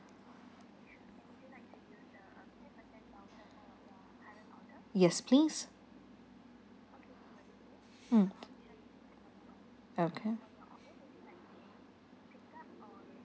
yes please mm okay